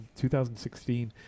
2016